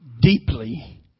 deeply